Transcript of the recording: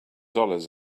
dollars